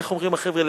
איך אומרים החבר'ה?